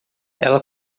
ela